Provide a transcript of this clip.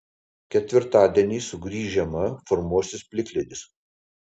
ketvirtadienį sugrįš žiema formuosis plikledis